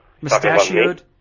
Mustachioed